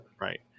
Right